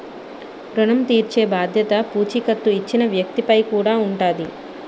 ఋణం తీర్చేబాధ్యత పూచీకత్తు ఇచ్చిన వ్యక్తి పై కూడా ఉంటాది